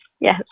Yes